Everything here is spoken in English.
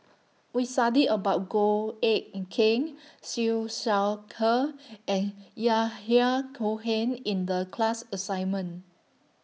We studied about Goh Eck Kheng Siew Shaw Her and Yahya Cohen in The class assignment